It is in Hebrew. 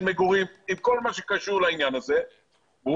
של מגורים עם כל מה שקשור לעניין הזה ואולי